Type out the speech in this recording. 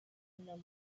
numbers